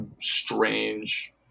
strange